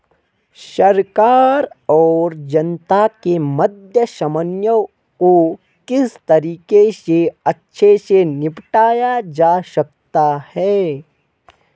सरकार और जनता के मध्य समन्वय को किस तरीके से अच्छे से निपटाया जा सकता है?